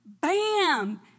Bam